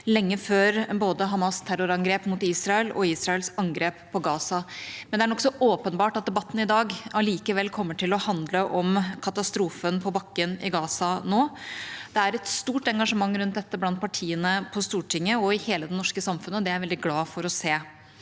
lenge før både Hamas’ terrorangrep mot Israel og Israels angrep på Gaza. Det er nokså åpenbart at debatten i dag allikevel kommer til å handle om katastrofen på bakken i Gaza nå. Det er et stort engasjement rundt dette blant partiene på Stortinget og i hele det norske samfunnet, og det er jeg veldig glad for å se.